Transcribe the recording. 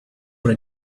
what